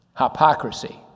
Hypocrisy